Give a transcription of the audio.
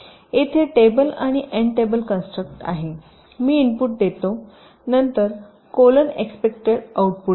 येथे टेबल आणि an table construct आहे मी इनपुट देतो नंतर कोलन एक्सपेक्टड आउटपुट देते